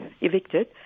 evicted